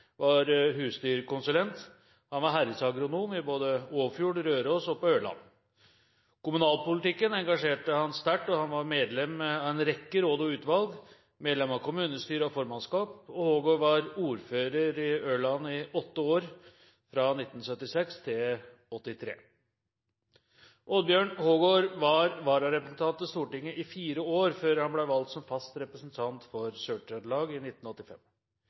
var husdyrkonsulent. Han var herredsagronom både i Åfjord, i Røros og på Ørland. Kommunalpolitikken engasjerte ham sterkt, og han var medlem av en rekke råd og utvalg, medlem av kommunestyre og formannskap. Hågård var ordfører i Ørland i åtte år fra 1976–1983. Oddbjørn Hågård var vararepresentant til Stortinget i fire år før han ble valgt som fast representant for Sør-Trøndelag i 1985.